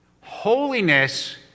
Holiness